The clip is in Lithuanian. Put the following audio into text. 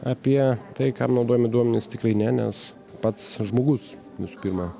apie tai kam naudojami duomenys tikrai ne nes pats žmogus visų pirma